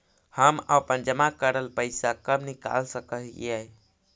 हम अपन जमा करल पैसा कब निकाल सक हिय?